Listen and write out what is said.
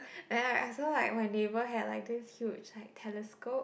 then I I saw like when neighbor had like this huge like telescope